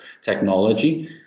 technology